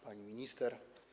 Pani Minister!